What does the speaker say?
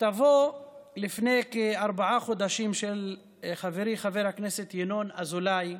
מכתבו לפני כארבעה חודשים של חברי חבר הכנסת ינון אזולאי,